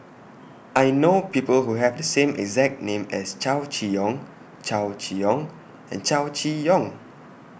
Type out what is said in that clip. I know People Who Have The same exact name as Chow Chee Yong Chow Chee Yong and Chow Chee Yong